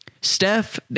Steph